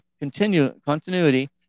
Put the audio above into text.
continuity